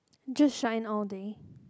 just shine all day